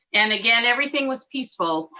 and again, everything was peaceful.